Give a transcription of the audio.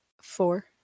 four